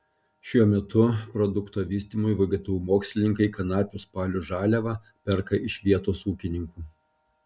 šiuo metu produkto vystymui vgtu mokslininkai kanapių spalių žaliavą perka iš vietos ūkininkų